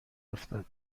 افتاد